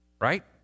Right